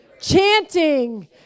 chanting